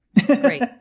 great